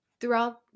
throughout